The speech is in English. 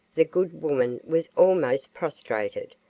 the good woman was almost prostrated,